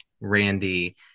randy